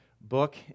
book